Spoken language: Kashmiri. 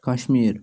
کشمیٖر